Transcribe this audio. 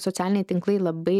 socialiniai tinklai labai